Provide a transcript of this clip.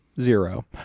Zero